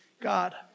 God